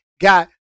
got